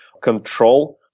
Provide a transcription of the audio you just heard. control